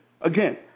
Again